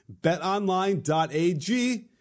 betonline.ag